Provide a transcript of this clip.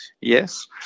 Yes